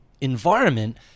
environment